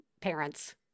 parents